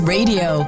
Radio